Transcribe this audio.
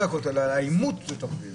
העימות זה תחביב.